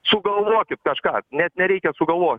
sugalvokit kažką net nereikia sugalvoti